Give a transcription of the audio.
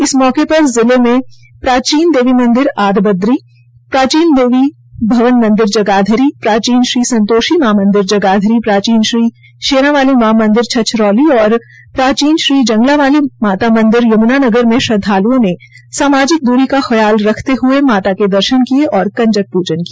इस मौके पर जिले के प्राचीन देवी मंदिर आदि बद्री प्राचीन श्री देवी भवन मंदिर जगाधरी प्राचीन श्री संतोषी मां मंदिर जगाधरी प्राचीन श्री शेरांवाली मां मंदिर छछरोली प्राचीन श्री जंगलांवाली माता मंदिर यमुनानगर में श्रद्धालुओं ने सामाजिक दूरी का ख्याल रख माता के दर्शन किए व कंजक पूजन किया